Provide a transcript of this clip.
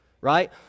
right